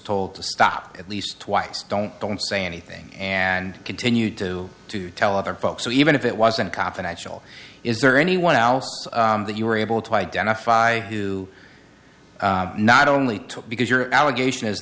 told to stop at least twice don't don't say anything and continue to to tell other folks so even if it wasn't confidential is there anyone else that you were able to identify to not only took because your allegation is